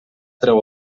treu